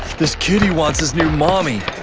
this kitty wants his new mommy!